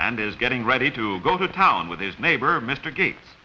and is getting ready to go to town with his neighbor mr gates